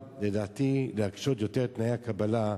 לדעתי גם צריך להקשות יותר את תנאי הקבלה,